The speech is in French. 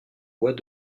bois